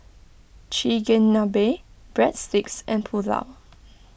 Chigenabe Breadsticks and Pulao